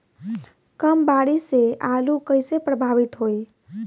कम बारिस से आलू कइसे प्रभावित होयी?